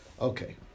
Okay